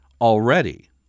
already